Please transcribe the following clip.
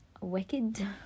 wicked